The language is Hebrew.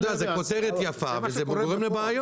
אתה יודע, זאת כותרת יפה אבל זה גורם לבעיות.